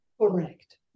Correct